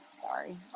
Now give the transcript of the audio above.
Sorry